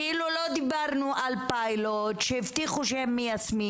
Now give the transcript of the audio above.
כאילו לא דיברנו על פיילוט שהבטיחו שהם מיישמים